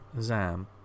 Zam